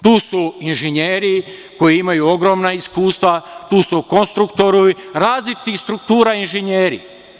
Tu su inženjeri koji imaju ogromna iskustva, tu su konstruktori, različitih struktura inženjeri.